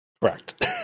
Correct